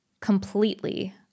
completely